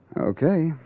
Okay